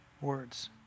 words